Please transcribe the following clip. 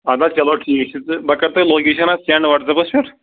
اَدٕ حظ چلو ٹھیٖک چھُ تہٕ بہٕ کَرٕ تۄہہِ لوکیشن حظ سٮ۪نٛڈ واٹٕس ایپَس پٮ۪ٹھ